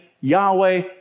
Yahweh